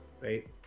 Right